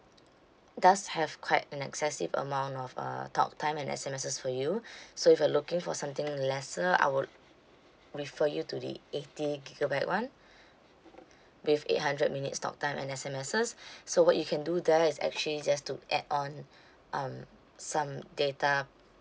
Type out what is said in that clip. does have quite an excessive amount of uh talk time and S_M_Ses for you so if you're looking for something lesser I would refer you to the eighty gigabyte one with eight hundred minutes talk time and S_M_Ses so what you can do there is actually just to add on um some data